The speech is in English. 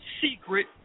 Secret